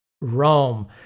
Rome